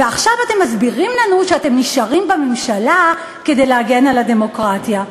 ועכשיו אתם מסבירים לנו שאתם נשארים בממשלה כדי להגן על הדמוקרטיה.